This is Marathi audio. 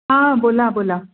हां बोला बोला